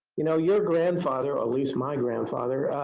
you know, your grandfather, or at least my grandfather